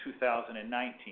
2019